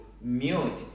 mute